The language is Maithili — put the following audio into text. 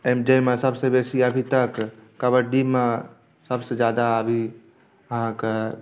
जाहिमे सबसँ बेसी अभीतक कबड्डी मे सबसँ ज्यादा अभी अहाँकेॅं